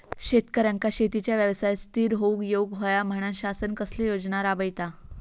शेतकऱ्यांका शेतीच्या व्यवसायात स्थिर होवुक येऊक होया म्हणान शासन कसले योजना राबयता?